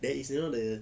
there is know the